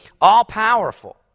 all-powerful